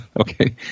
okay